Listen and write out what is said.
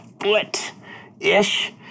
foot-ish